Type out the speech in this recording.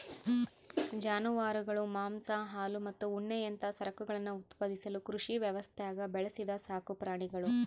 ಜಾನುವಾರುಗಳು ಮಾಂಸ ಹಾಲು ಮತ್ತು ಉಣ್ಣೆಯಂತಹ ಸರಕುಗಳನ್ನು ಉತ್ಪಾದಿಸಲು ಕೃಷಿ ವ್ಯವಸ್ಥ್ಯಾಗ ಬೆಳೆಸಿದ ಸಾಕುಪ್ರಾಣಿಗುಳು